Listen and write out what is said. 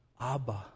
abba